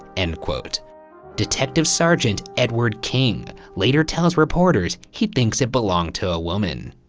and detectives sargent edward king later tells reporters he thinks it belonged to a woman.